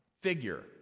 figure